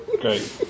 Great